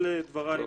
אלה דבריי.